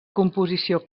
composició